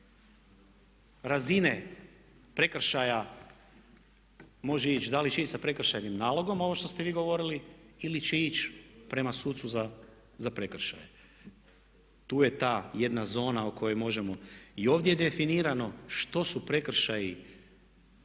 razine prekršaja može ići. Da li će ići sa prekršajnim nalogom ovo što ste vi govorili ili će ići prema sucu za prekršaje. Tu je ta jedna zona o kojoj možemo. I ovdje je definirano što su prekršaji